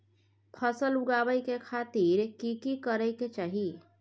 फसल उगाबै के खातिर की की करै के चाही?